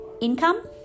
income